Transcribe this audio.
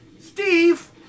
steve